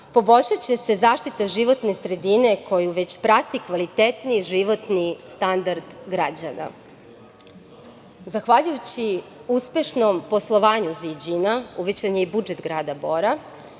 poboljšaće se zaštita životne sredine koju već prati kvalitetniji životni standard građana. Zahvaljujući uspešnom poslovanju „Ziđina“ uvećan je i budžet grada Bora,